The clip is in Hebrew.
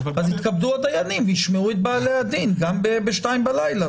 אז יתכבדו הדיינים וישמעו את בעלי הדיין גם ב-2:00 בלילה.